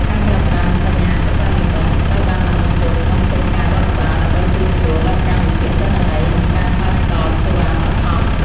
ការប្រើប្រាស់បញ្ញាសិប្បនិម្មិត នឹងត្រូវបានដាក់បញ្ចូលក្នុងកិច្ចការរដ្ឋបាល ដើម្បីជួយសម្រួលដល់ការវិភាគទិន្នន័យ និងការឆ្លើយតបសេវាបឋម។